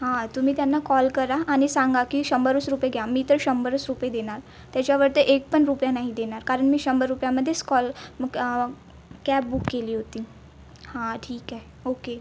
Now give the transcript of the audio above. हां तुम्ही त्यांना कॉल करा आणि सांगा की शंबरच रुपे घ्या मी तर शंबरच रुपे देणार त्याच्यावरते एक पण रुपया नाही देणार कारण मी शंबर रुपयामध्येच कॉल मुक् कॅब बुक केली होती हां ठीक आहे ओके